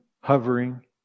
hovering